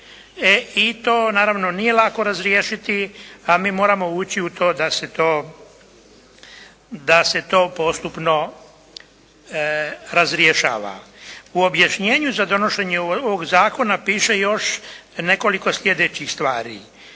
i to naravno nije lako razriješiti, a mi moramo ući u to da se to postupno razrješava. U objašnjenju za donošenje ovog zakona piše još nekoliko sljedećih stvari